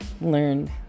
learned